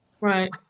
right